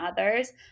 others